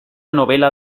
novela